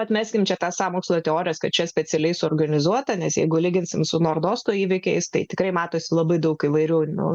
atmeskime čia tą sąmokslo teorijas kad čia specialiai suorganizuota nes jeigu lyginsime su nordosto įvykiais tai tikrai matosi labai daug įvairių